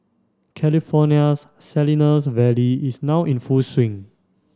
California's Salinas Valley is now in full swing